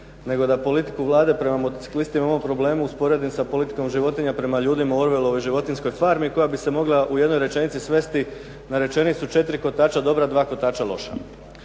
nego da politiku Vlade prema motociklistima u ovom problemu usporedim sa politikom životinja prema ljudima u …/Govornik se ne razumije./… farmi koja bi se mogla u jednoj rečenici svesti na rečenicu "četri kotača dobra, dva kotača loša".